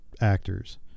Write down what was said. actors